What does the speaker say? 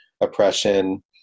oppression